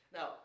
Now